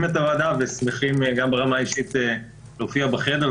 את הוועדה ושמחים גם ברמה האישית להופיע בחדר.